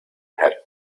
had